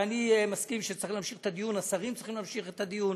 אני מסכים שצריך להמשיך את הדיון: השרים צריכים להמשיך את הדיון,